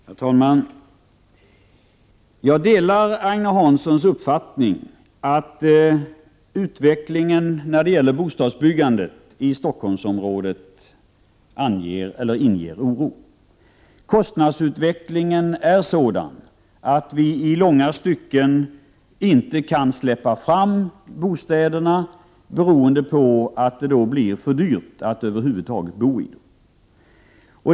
Herr talman! Jag delar Agne Hanssons uppfattning att utvecklingen när det gäller bostadsbyggandet i Stockholmsområdet inger oro. Kostnadsutvecklingen är sådan att vi i långa stycken inte kan släppa fram bostadsbyggandet beroende på att det skulle bli för dyrt att bo i bostäderna.